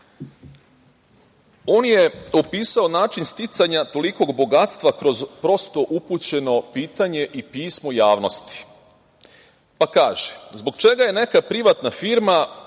je opisao način sticanja tolikog bogatstva kroz prosto upućeno pitanje i pismo javnosti, pa kaže: „Zbog čega je neka privatna firma,